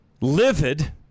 livid